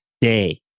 day